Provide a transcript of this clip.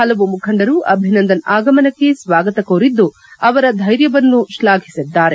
ಪಲವು ಮುಖಂಡರು ಅಭಿನಂದನ್ ಆಗಮನಕ್ಕೆ ಸ್ವಾಗತ ಕೋರಿದ್ದು ಅವರ ಧೈರ್ಯವನ್ನು ಶ್ಲಾಫಿಸಿದ್ದಾರೆ